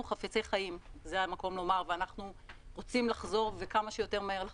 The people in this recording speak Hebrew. אנחנו חפצי חיים ורוצים לחזור לפעילות כמה שיותר מהר.